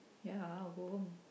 ya go home